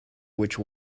which